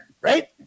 Right